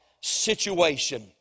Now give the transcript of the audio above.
situation